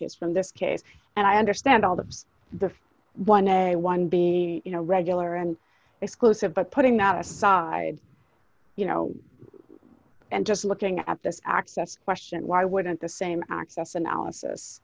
case from this case and i understand all of the one a one b you know regular and exclusive but putting that aside you know and just looking at this access question why wouldn't the same access analysis